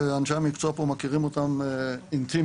ואנשי המקצוע פה מכירים אותם אינטימית.